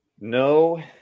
No